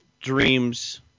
dreams